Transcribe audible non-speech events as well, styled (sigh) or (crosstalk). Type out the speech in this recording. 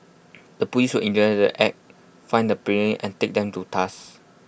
the Police will (unintelligible) the act find the (unintelligible) and take them to task